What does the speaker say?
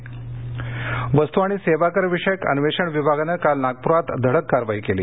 GST वस्तू आणि सेवाकर विषयक अन्वेषण विभागानं काल नागपूरात धडक कारवाई केली